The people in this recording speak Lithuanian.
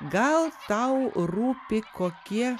gal tau rūpi kokie